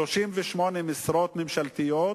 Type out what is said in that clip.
38 משרות ממשלתיות,